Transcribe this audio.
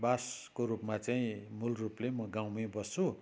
बासको रूपमा चाहिँ मूल रूपले म गाउँ मै बस्छु